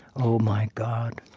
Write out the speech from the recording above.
oh, my god,